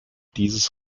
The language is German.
dieses